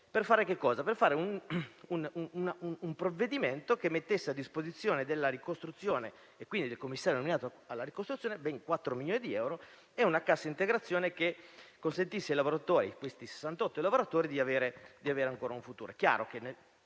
per varare un provvedimento che mettesse a disposizione della ricostruzione, e quindi del commissario nominato alla ricostruzione, ben 4 milioni di euro e una cassa integrazione che consentisse ai 68 lavoratori di avere ancora un futuro.